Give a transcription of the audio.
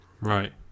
right